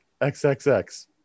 XXX